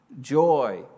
joy